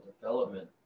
development